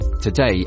Today